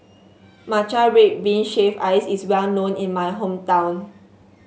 Matcha Red Bean Shaved Ice is well known in my hometown